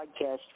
podcast